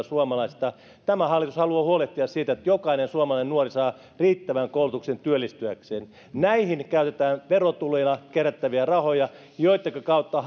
suomalaisista tämä hallitus haluaa huolehtia siitä että jokainen suomalainen nuori saa riittävän koulutuksen työllistyäkseen näihin käytetään verotuloina kerättäviä rahoja joittenka kautta